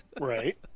Right